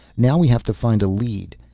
now we have to find a lead.